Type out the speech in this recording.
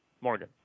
Morgan